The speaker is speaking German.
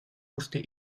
musste